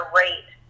rate